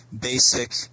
basic